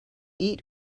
eat